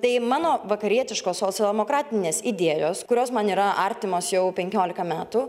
tai mano vakarietiškos socialdemokratinės idėjos kurios man yra artimos jau penkiolika metų